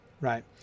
right